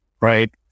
right